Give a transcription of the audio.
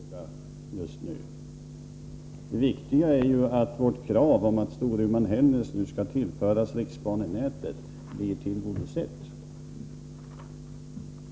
Herr talman! Karin Israelsson frågade hur Georg Andersson kommer att rösta i den kommande voteringen om bandelen Storuman-Hällnäs. Det är en ganska ointressant fråga just nu. Det viktiga är att vårt krav att Storuman Hällnäs skall tillföras riksbanenätet nu blir tillgodosett.